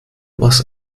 was